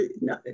No